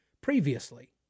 previously